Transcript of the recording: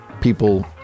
people